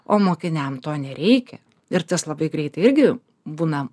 o mokiniam to nereikia ir tas labai greitai irgi būna